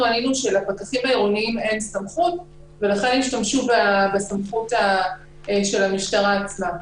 ראינו שלפקחים העירוניים אין סמכות ולכן השתמשו בסמכות של המשטרה עצמה.